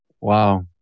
Wow